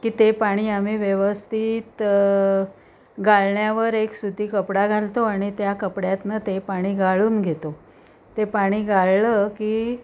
की ते पाणी आम्ही व्यवस्थित गाळण्यावर एक सुती कपडा घालतो आणि त्या कपड्यातून ते पाणी गाळून घेतो ते पाणी गाळलं की